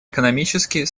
экономические